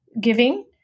giving